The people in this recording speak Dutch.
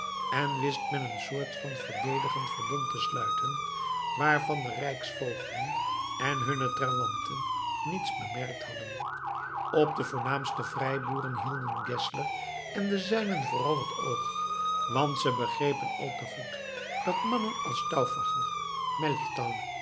en wist men een soort van verdedigend verbond te sluiten waarvan de rijksvoogden en hunne trawanten niets bemerkt hadden op de voornaamste vrijboeren hielden geszler en de zijnen vooral het oog want ze begrepen al te goed dat mannen als